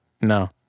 No